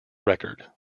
record